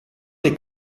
dei